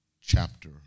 chapter